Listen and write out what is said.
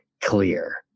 clear